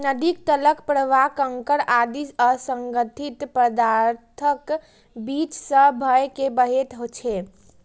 नदीक तलक प्रवाह कंकड़ आदि असंगठित पदार्थक बीच सं भए के बहैत छै